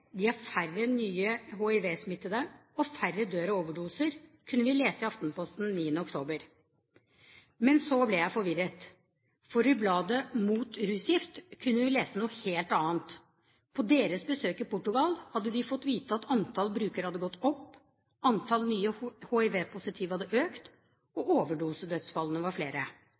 de har færre nye hivsmittede, og færre dør av overdose, kunne vil lese i Aftenposten 9. oktober. Men så ble jeg forvirret, for i bladet Mot rusgift kunne vi lese noe helt annet. På deres besøk i Portugal hadde de fått vite at antall brukere hadde gått opp, antall nye hivpositive hadde økt og overdosedødsfallene var flere.